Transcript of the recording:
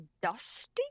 Dusty